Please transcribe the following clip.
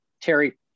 Terry